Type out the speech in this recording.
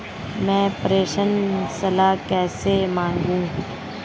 मैं प्रेषण सलाह कैसे मांगूं?